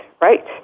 right